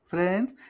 Friends